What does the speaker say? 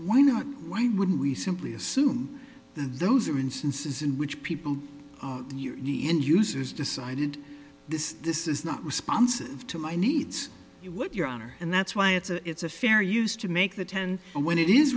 why not why wouldn't we simply assume those are instances in which people are your users decided this this is not responsive to my needs what your honor and that's why it's a it's a fair use to make the ten and when it is